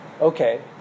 Okay